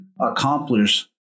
accomplish